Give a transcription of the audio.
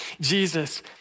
Jesus